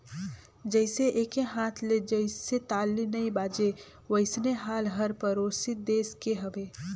जइसे एके हाथ ले जइसे ताली नइ बाजे वइसने हाल हर परोसी देस के हवे